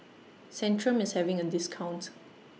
Centrum IS having A discount